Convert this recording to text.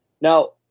Now